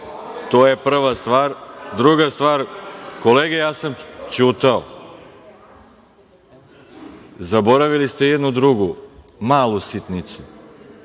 je prva stvar. Druga stvar ….Kolege, ja sam ćutao. Zaboravili ste jednu drugu, malu sitnicu,